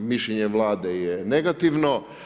Mišljenje vlade je negativno.